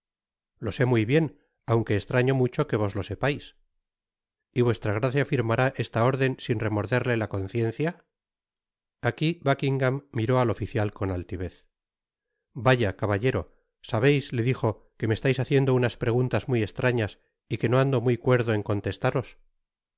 lo sé muy bien aunque estraño mucho que vos lo sepais y vuestra gracia firmará esta órden sin remorderle la conciencia aqui buckingam miró al oficial con altivez vaya caballero sabeis le dijo que me estais haciendo unas preguntas muy estrañas y que no ando muy cuerdo en contestaros